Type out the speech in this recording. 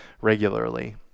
regularly